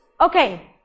Okay